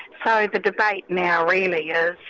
so the debate now really yeah